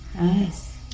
Nice